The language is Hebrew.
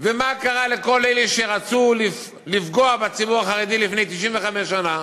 ומה קרה לכל אלה שרצו לפגוע בציבור החרדי לפני 95 שנה,